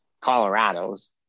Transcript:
colorado's